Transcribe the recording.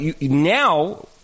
now